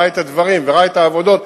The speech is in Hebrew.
ראה את הדברים וראה את העבודות,